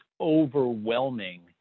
overwhelming